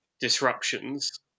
disruptions